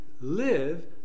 live